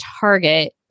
target